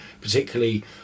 particularly